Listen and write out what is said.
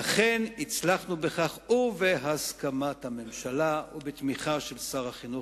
ואכן הצלחנו בכך ובהסכמת הממשלה ובתמיכה של שר החינוך,